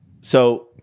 So-